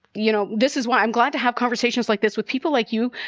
you know, this is why i'm glad to have conversations like this with people like you,